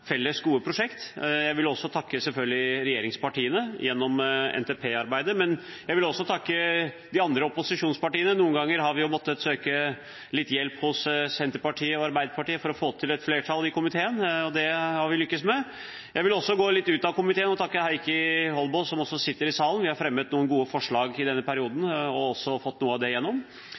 felles, gode prosjekter. Jeg vil selvfølgelig takke regjeringspartiene for NTP-arbeidet. Men jeg vil også takke opposisjonspartiene. Noen ganger har vi måttet søke litt hjelp hos Senterpartiet og Arbeiderpartiet for å få til et flertall i komiteen, og det har vi lyktes med. Jeg vil også gå litt ut av komiteen og takke Heikki Eidsvoll Holmås, som sitter i salen. Vi har fremmet noen gode forslag i denne perioden og også fått noe av det gjennom.